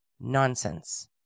nonsense